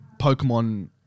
Pokemon